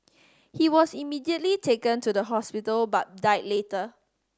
he was immediately taken to the hospital but died later